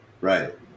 Right